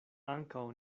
ankaŭ